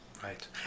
Right